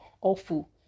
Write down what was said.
awful